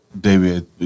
David